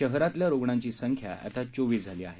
शहरातील रुग्णांची संख्या आता चोवीस झाली आहे